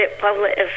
public